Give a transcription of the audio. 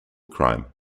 crime